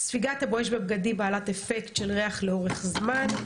ספיגת ה"בואש" בבגדים בעלת אפקט של ריח לאורך זמן.